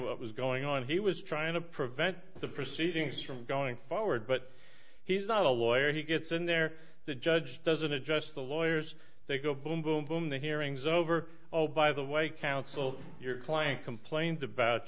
what was going on he was trying to prevent the proceedings from going forward but he's not a lawyer he gets in there the judge doesn't adjust the lawyers they go boom boom boom the hearings over oh by the way counsel your client complains about